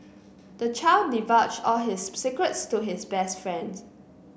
the child divulged all his secrets to his best friend